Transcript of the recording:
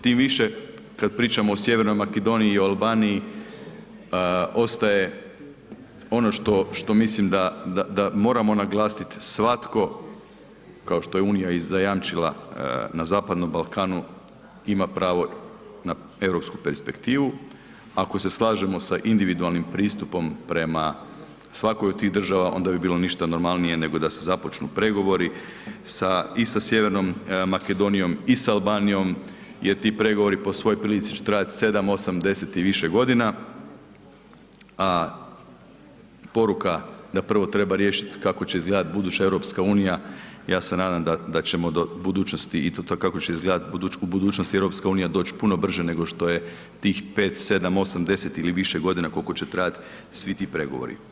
Tim više kad pričamo o Sjevernoj Makedoniji i Albaniji ostaje ono što mislim da moramo naglasit svatko kao što je unija i zajamčila na Zapadnom Balkanu na europsku perspektivu, ako se slažemo sa individualnim pristupom prema svakoj od tih država onda bi bilo ništa normalnije nego da se započnu pregovori i sa Sjevernom Makedonijom i sa Albanijom jer ti pregovori po svoj prilici će trajat 7, 8, 10 i više godina, a poruka da prvo treba riješiti kako će izgledati buduća EU ja se nadam da ćemo do budućnosti i to kako će izgledati u budućnosti EU doći puno brže nego što je tih 5, 7, 8, 10 ili više godina koliko će trajat svi ti pregovori.